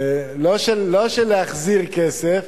לא של להחזיר כסף